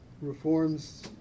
reforms